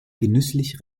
genüsslich